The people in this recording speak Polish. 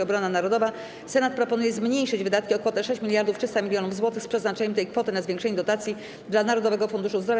Obrona narodowa Senat proponuje zmniejszyć wydatki o kwotę 6300 mln zł z przeznaczeniem tej kwoty na zwiększenie dotacji dla Narodowego Funduszu Zdrowia.